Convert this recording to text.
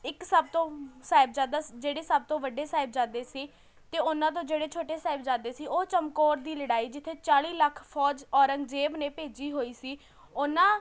ਇੱਕ ਸਭ ਤੋਂ ਸਾਹਿਬਜ਼ਾਦਾ ਸ ਜਿਹੜੇ ਸਭ ਤੋਂ ਵੱਡੇ ਸਾਹਿਬਜ਼ਾਦੇ ਸੀ ਅਤੇ ਉਹਨਾਂ ਤੋਂ ਜਿਹੜੇ ਛੋਟੇ ਸਾਹਿਬਜ਼ਾਦੇ ਸੀ ਉਹ ਚਮਕੌਰ ਦੀ ਲੜਾਈ ਜਿੱਥੇ ਚਾਲ੍ਹੀ ਲੱਖ ਫੌਜ ਔਰੰਗਜ਼ੇਬ ਨੇ ਭੇਜੀ ਹੋਈ ਸੀ ਉਹਨਾਂ